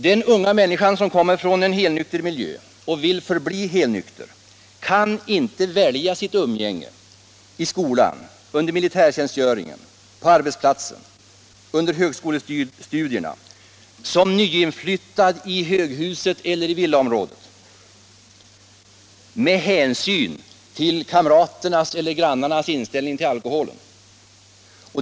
Den unga människa som kommer från en helnykter miljö och vill förbli helnykter kan inte välja sitt umgänge i skolan, vid militärtjänstgöringen, på arbetsplatsen, under högskolestudierna, som nyinflyttad i höghuset eller i villaområdet med hänsyn till kamraternas eller grannarnas inställning till alkoholen.